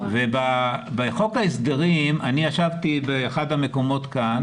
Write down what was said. בחוק ההסדרים אני ישבתי באחד המקומות כאן